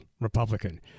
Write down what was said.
Republican